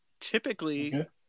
Typically